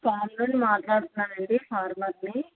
form నుండి మాట్లాడుతున్నానండి ఫార్మర్ని